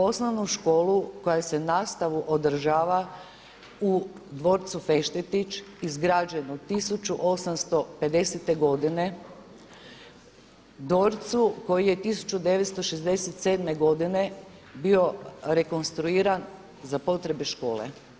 Osnovnu školu koja nastavu održava u dvorcu Feštetić izgrađenom 1850. godine, dvorcu koji je 1967. godine bio rekonstruiran za potrebe škole.